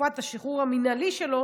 תקופת השחרור המינהלי שלו